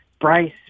Bryce